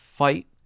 fight